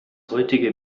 heutige